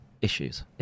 issues